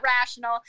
rational